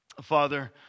Father